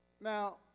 Now